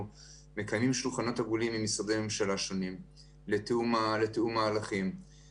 אני אסיים אולי בשמונה המלצות שמופיעות